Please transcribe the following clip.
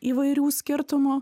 įvairių skirtumų